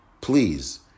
please